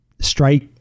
strike